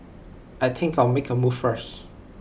I think I'll make A move first